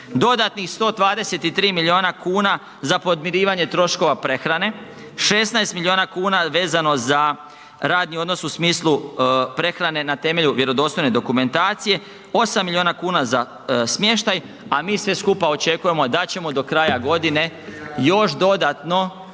Dodatnih 123 milijuna kuna za podmirivanje troškova prehrane. 16 milijuna kuna vezano za radni odnos u smislu prehrane na temelju vjerodostojne dokumentacije. 8 milijuna kuna za smještaj. A mi svi skupa očekujemo da ćemo do kraja godine još dodatno